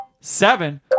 seven